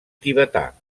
tibetà